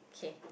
okay